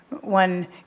one